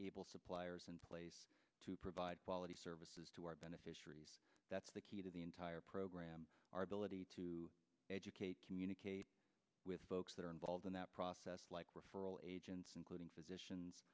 suppliers in place to provide quality services to our beneficiaries that's the key to the entire program our ability to educate communicate with folks that are involved in that process like referral agents including physicians